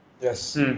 Yes